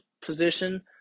position